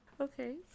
Okay